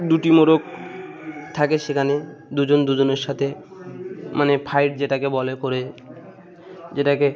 দুটি মোরগ থাকে সেখানে দুজন দুজনের সাথে মানে ফাইট যেটাকে বলে করে যেটাকে